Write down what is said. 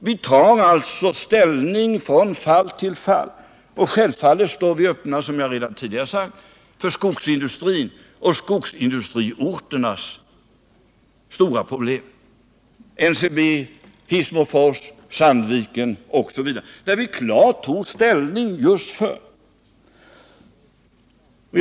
Vi tar alltså ställning från fall till fall, och självfallet står vi öppna, som jag redan tidigare sagt, för skogsindustrins och skogsindustriorternas stora problem — NCB, Hissmofors, Sandviken osv. , där vi klart tagit ställning just för anställningstryggheten.